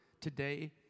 today